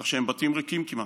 כך שהם בתים ריקים כמעט.